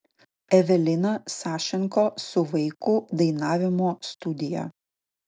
evelina sašenko su vaikų dainavimo studija